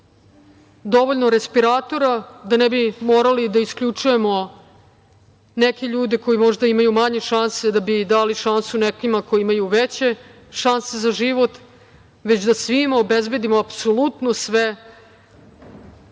dovoljno respiratora, da ne bi morali da isključujemo neke ljude koji možda imaju manje šanse, da bi dali šansu nekima koji imaju veće šanse za život, već da svima obezbedimo apsolutno sve